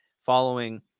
following